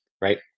Right